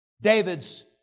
David's